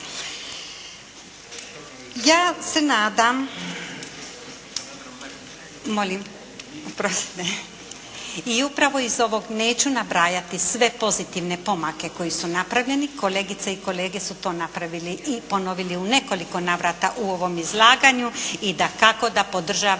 se ne razumije./ … Molim? I upravo iz ovog neću nabrajati sve pozitivne pomake koji su napravljeni. Kolegice i kolege su to napravili i ponovili u nekoliko navrata u ovom izlaganju i dakako da podržavamo